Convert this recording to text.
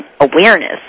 awareness